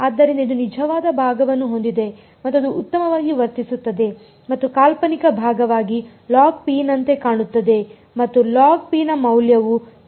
ಆದ್ದರಿಂದ ಇದು ನಿಜವಾದ ಭಾಗವನ್ನು ಹೊಂದಿದೆ ಮತ್ತು ಅದು ಉತ್ತಮವಾಗಿ ವರ್ತಿಸುತ್ತದೆ ಮತ್ತು ಕಾಲ್ಪನಿಕ ಭಾಗವಾಗಿ ನಂತೆ ಕಾಣುತ್ತದೆ ಮತ್ತು ನ ಮೌಲ್ಯವು ಆಗಿರುತ್ತದೆ